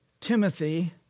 Timothy